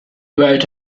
wrote